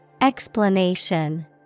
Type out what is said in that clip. Explanation